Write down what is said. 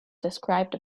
described